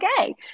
okay